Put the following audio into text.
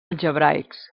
algebraics